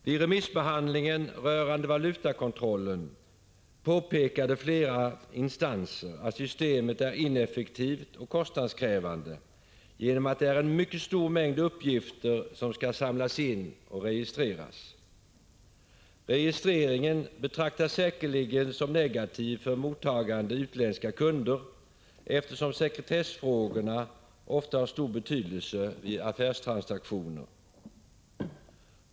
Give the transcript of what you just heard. Vid remissbehandlingen rörande valutakontrollen påpekade flera instanser att systemet är ineffektivt och kostnadskrävande genom att det är en mycket stor mängd uppgifter som skall samlas in och registreras. Registreringen betraktas säkerligen som negativ för mottagande utländska kunder, eftersom sekretessfrågorna ofta har stor betydelse vid affärstransaktioner.